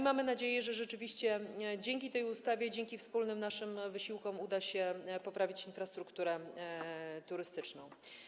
Mamy nadzieję, że rzeczywiście dzięki tej ustawie, dzięki wspólnym naszym wysiłkom uda się poprawić infrastrukturę turystyczną.